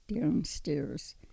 downstairs